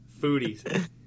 Foodies